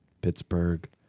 Pittsburgh